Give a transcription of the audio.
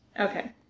okay